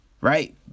right